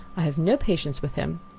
i have no patience with him.